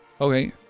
Okay